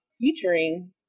featuring